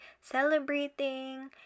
celebrating